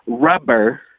Rubber